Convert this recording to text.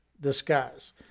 disguise